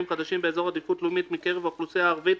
חדשים באזור עדיפות לאומית מקרב האוכלוסייה הערבית,